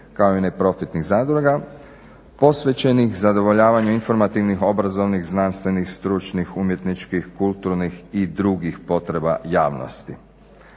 kao i neprofitnih zadruga posvećenih zadovoljavanju informativnih, obrazovnih, znanstvenih, stručnih, umjetničkih, kulturnih i drugih potreba javnosti.